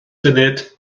funud